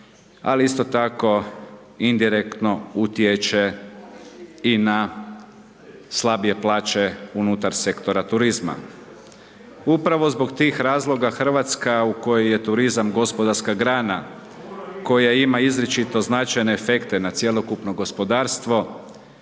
ali isto tako indirektno utječe i na slabije plaće unutar sektora turizma. Upravo zbog tih razloga Hrvatska u kojoj je turizam gospodarska grana koja ima izričito značajne efekte na cjelokupno gospodarstvo,